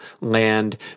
Land